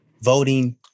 Voting